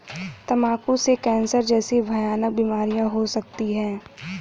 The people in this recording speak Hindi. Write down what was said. तंबाकू से कैंसर जैसी भयानक बीमारियां हो सकती है